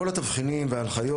כל התבחינים וההנחיות,